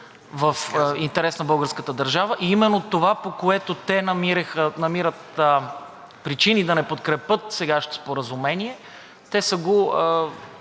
в интерес на българската държава и именно това, поради което те намират причини да не подкрепят сегашното споразумение, те са го,